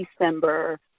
December